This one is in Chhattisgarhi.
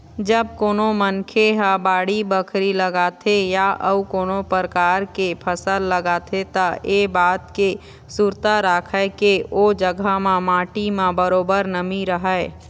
जब कोनो मनखे ह बाड़ी बखरी लगाथे या अउ कोनो परकार के फसल लगाथे त ऐ बात के सुरता राखय के ओ जघा म माटी म बरोबर नमी रहय